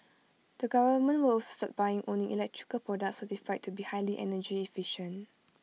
the government will also start buying only electrical products certified to be highly energy efficient